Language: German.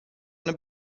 eine